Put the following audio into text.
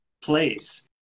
place